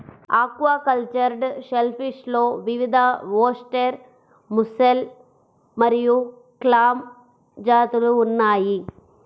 aquacultured షెల్ఫిష్లో వివిధఓస్టెర్, mussel మరియు క్లామ్ జాతులు ఉన్నాయి